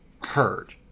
heard